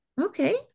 Okay